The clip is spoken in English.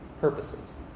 purposes